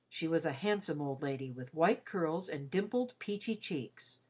she was a handsome old lady with white curls and dimpled, peachy cheeks,